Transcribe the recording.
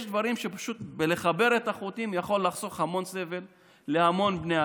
יש דברים שבהם פשוט חיבור החוטים יכול לחסוך המון סבל להמון בני אדם.